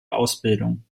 ausbildung